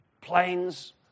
Planes